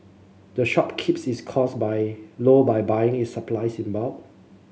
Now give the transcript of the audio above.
the shop keeps its costs by low by buying its supplies in bulk